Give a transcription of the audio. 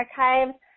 archives